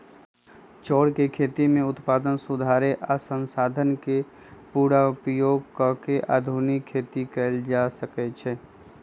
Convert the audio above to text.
चौर के खेती में उत्पादन सुधारे आ संसाधन के पुरा उपयोग क के आधुनिक खेती कएल जाए छै